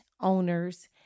owners